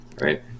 Right